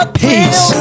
peace